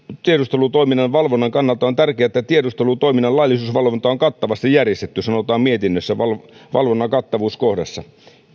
tiedustelutoiminnan valvonnan kannalta on tärkeää että tiedustelutoiminnan laillisuusvalvonta on kattavasti järjestetty sanotaan mietinnössä valvonnan valvonnan kattavuus kohdassa